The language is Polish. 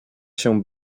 się